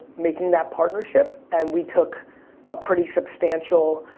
making that partnership, and we took a pretty substantial,